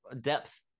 depth